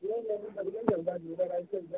अ